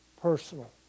personal